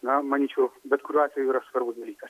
na manyčiau bet kuriuo atveju yra svarbus dalykas